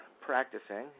practicing